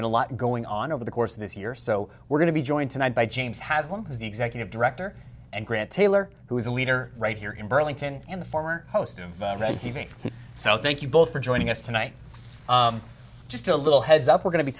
been a lot going on over the course of this year so we're going to be joined tonight by james has one is the executive director and grant taylor who is a leader right here in burlington and the former host of south thank you both for joining us tonight just a little heads up we're going to be